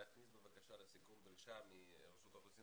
להכניס לסיכום דרישה מרשות האוכלוסין